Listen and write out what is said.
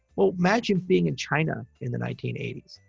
well, imagine being in china in the nineteen eighty s.